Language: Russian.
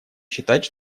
считать